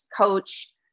coach